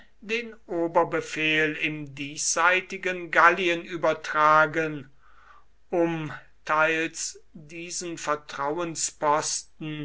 den oberbefehl im diesseitigen gallien übertragen um teils diesen